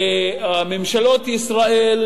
שממשלות ישראל,